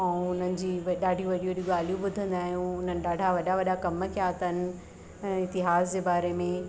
ऐं उन्हनि जी ॾाढी वॾी वॾी ॻाल्हियूं ॿुधंदा आहियूं ॾाढा वॾा वॾा कम कया अथन ऐं इतिहासु जे बारे मे